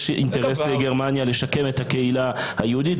יש אינטרס לגרמניה לשקם את הקהילה היהודית.